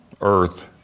earth